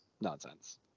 nonsense